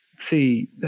See